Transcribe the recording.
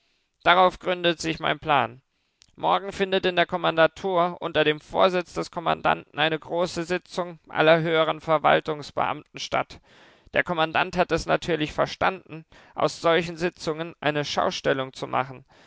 darauf gründet sich mein plan morgen findet in der kommandantur unter dem vorsitz des kommandanten eine große sitzung aller höheren verwaltungsbeamten statt der kommandant hat es natürlich verstanden aus solchen sitzungen eine schaustellung zu machen